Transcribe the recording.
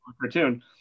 cartoon